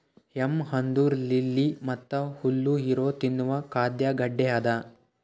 M ಅಂದುರ್ lily ಮತ್ತ ಹುಲ್ಲು ಇರೊ ತಿನ್ನುವ ಖಾದ್ಯ ಗಡ್ಡೆ ಅದಾ